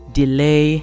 delay